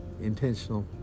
intentional